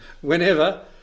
Whenever